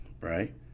right